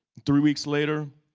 three weeks later,